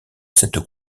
cette